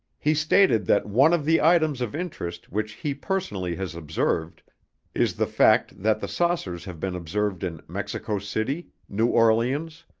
he stated that one of the items of interest which he personally has observed is the fact that the saucers have been observed in mexico city, new orleans,